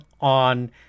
on